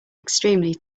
extremely